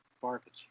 barbecue